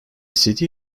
city